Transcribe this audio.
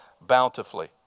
bountifully